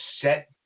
set